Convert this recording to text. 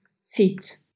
sit